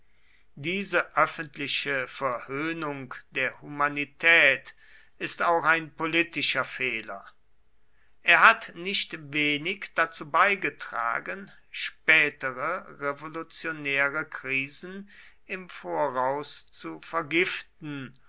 diese öffentliche verhöhnung der humanität ist auch ein politischer fehler er hat nicht wenig dazu beigetragen spätere revolutionäre krisen im voraus zu vergiften